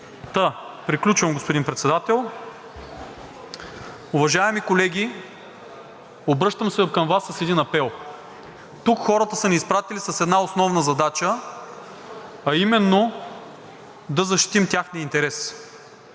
Приключвам, господин Председател. Уважаеми колеги, обръщам се към Вас с един апел. Тук хората са ни изпратили с една основна задача, а именно да защитим техния интерес,